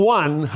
one